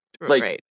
right